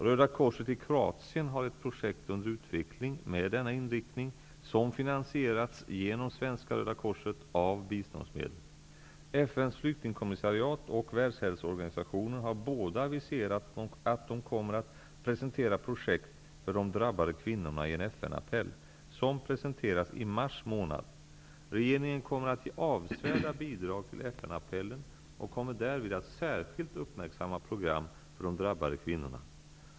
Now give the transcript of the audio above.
Röda korset i Kroatien har ett projekt under utveckling med denna inriktning som finansierats genom svenska Röda korset av biståndsmedel. FN:s flyktingkommissariat och Världshälsoorganisationen har båda aviserat att de kommer att presentera projekt för de drabbade kvinnorna i den FN-appell som presenteras i mars månad. Regeringen kommer att ge avsevärda bidrag till FN-appellen och kommer därvid att särskilt uppmärksamma program för de drabbade kvinnorna.